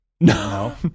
No